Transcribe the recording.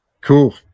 Cool